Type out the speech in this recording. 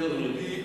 כן, אדוני.